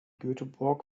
göteborg